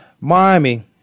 Miami